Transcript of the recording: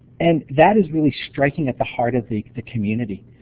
and that is really striking at the heart of the the community.